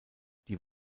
die